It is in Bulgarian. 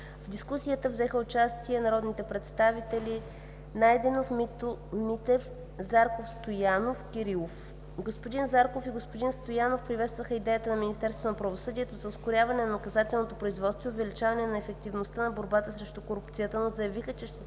В дискусията взеха участие народните представители Симеон Найденов, Християн Митев, Крум Зарков, Димитър Стоянов и Данаил Кирилов. Господин Зарков и господин Стоянов приветстваха идеята на Министерството на правосъдието за ускоряване на наказателното производство и увеличаване на ефективността на борбата срещу корупцията, но заявиха, че ще се